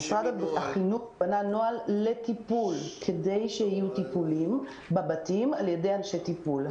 משרד החינוך בנה נוהל כדי שיהיו טיפולים בבתים על ידי אנשי טיפול.